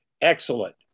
excellent